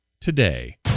today